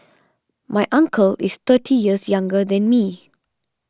my uncle is thirty years younger than me